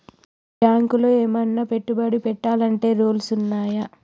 బ్యాంకులో ఏమన్నా పెట్టుబడి పెట్టాలంటే రూల్స్ ఉన్నయా?